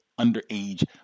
underage